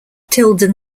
tilden